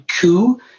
coup